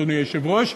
אדוני היושב-ראש,